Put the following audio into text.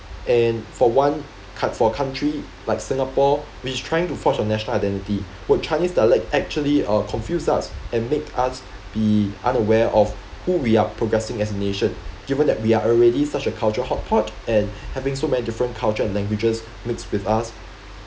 and for one cou~ for country like singapore which is trying to force our national identity would chinese dialect actually uh confuse us and make us be unaware of who we are progressing as a nation given that we are already such a cultural hotpot and having so many different culture and languages mixed with us